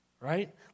right